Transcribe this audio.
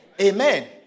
Amen